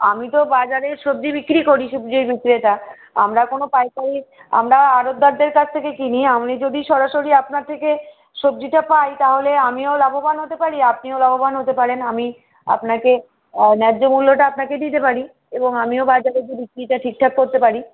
আমি তো বাজারে সবজি বিক্রি করি সবজি বিক্রেতা আমরা কোনো পাইকারি আমরা আরতদারদের কাছে থেকে কিনি আমি যদি সরাসরি আপনার থেকে সবজিটা পাই তাহলে আমিও লাভবান হতে পারি আপনিও লাভবান হতে পারেন আমি আপনাকে ন্যায্য মূল্যটা আপনাকে দিতে পারি এবং আমিও বাজারে গিয়ে বিক্রিটা ঠিকঠাক করতে পারি